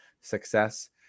success